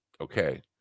Okay